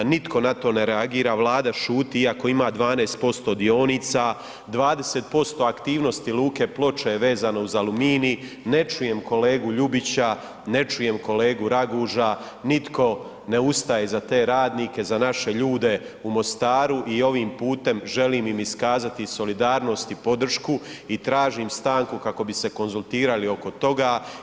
Nitko na to ne reagira, Vlada šuti iako ima 12% dionica, 20% aktivnosti luke Ploče je vezano uz Aluminij, ne čujem kolegu Ljubića, ne čujem kolegu Raguža, nitko ne ustaje za te radnike, za naše ljude u Mostaru i ovim putem želim im iskazati solidarnost i podršku i tražim stanku kako bi konzultirali oko toga.